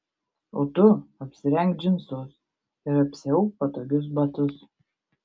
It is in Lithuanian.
o tu apsirenk džinsus ir apsiauk patogius batus